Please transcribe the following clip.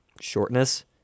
shortness